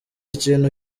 ikintu